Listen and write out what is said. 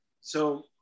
So-